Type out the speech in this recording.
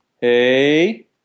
Hey